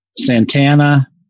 Santana